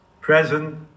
Present